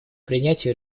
принятию